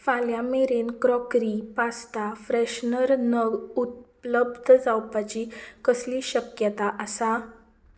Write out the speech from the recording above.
फाल्यां मेरेन crockery pasta freshener नग उत्पलब्द जावपाची कसली शक्यता आसा